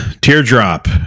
Teardrop